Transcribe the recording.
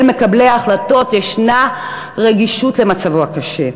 מקבלי ההחלטות ישנה רגישות למצבו הקשה.